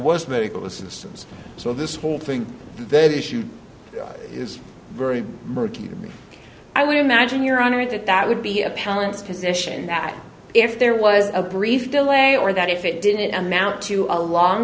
was medical assistance so this whole thing that issue is very murky to me i would imagine your honor that that would be a palance position that if there was a brief delay or that if it didn't amount to a long